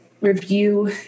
review